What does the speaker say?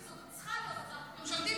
וזאת צריכה להיות הצעת חוק ממשלתית,